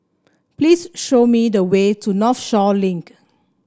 please show me the way to Northshore Link